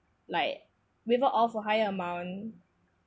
like waiver of a higher amount